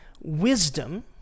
wisdom